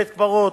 בתי-קברות,